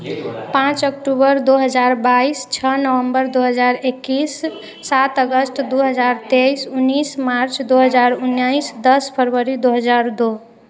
पाँच अक्टूबर दो हजार बाइस छओ नवम्बर दो हजार इकैस सात अगस्त दो हजार तेइस उनैस मार्च दो हजार उनैस दस फरवरी दो हजार दो